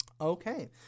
Okay